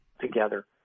together